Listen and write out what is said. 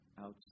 outside